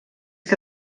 que